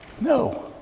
no